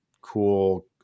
cool